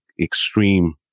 extreme